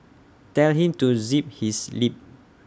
tell him to zip his lip